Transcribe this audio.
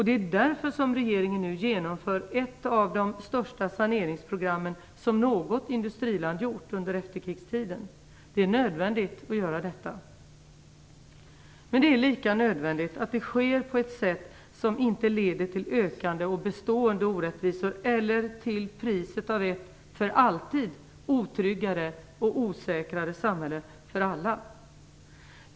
Det är därför som regeringen nu genomför ett av de största saneringsprogrammen som något industriland gjort under efterkrigstiden. Det är nödvändigt att göra detta. Men det är lika nödvändigt att det sker på ett sätt som inte leder till ökande och bestående orättvisor eller till priset av ett för alltid otryggare och osäkrare samhälle för alla.